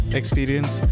experience